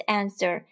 answer